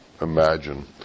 imagine